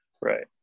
Right